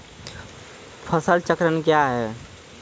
फसल चक्रण कया हैं?